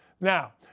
Now